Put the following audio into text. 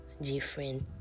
different